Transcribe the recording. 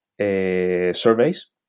surveys